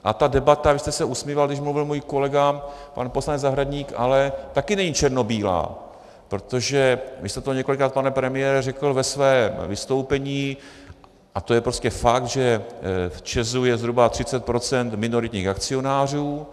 A ta debata vy jste se usmíval, když mluvil můj kolega pan poslanec Zahradník ale také není černobílá, protože vy jste to několikrát, pane premiére, řekl ve svém vystoupení, a to je prostě fakt, že v ČEZ je zhruba 30 % minoritních akcionářů.